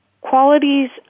qualities